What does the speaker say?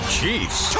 Chiefs